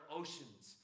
oceans